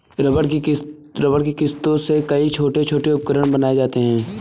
rubber की किस्मों से कई छोटे छोटे उपकरण बनाये जाते हैं